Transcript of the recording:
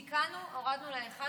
תיקנו, הורדנו לאחד.